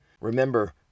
remember